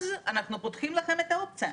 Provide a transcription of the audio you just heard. אז אנחנו פותחים לכם את האופציה.